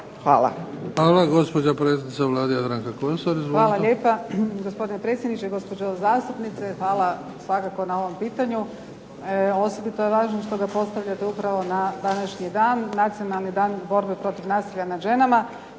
Jadranka Kosor. Izvolite. **Kosor, Jadranka (HDZ)** Hvala lijepa gospodine predsjedniče. Gospođo zastupnice, hvala svakako na ovom pitanju. Osobito je važno što ga postavljate upravo na današnji dan, Nacionalni dan borbe protiv nasilja nad ženama.